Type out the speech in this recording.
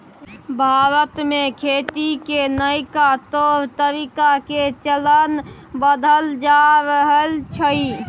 भारत में खेती के नइका तौर तरीका के चलन बढ़ल जा रहल छइ